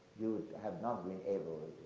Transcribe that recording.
you have not been able in